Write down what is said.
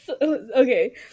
Okay